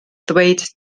ddweud